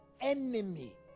enemy